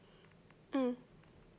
mm